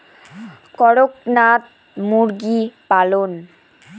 করকনাথ মুরগি পালন?